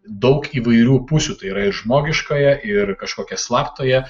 daug įvairių pusių tai yra ir žmogiškąją ir kažkokią slaptąją